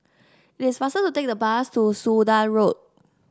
it is faster to take the bus to Sudan Road